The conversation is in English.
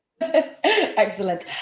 Excellent